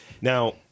Now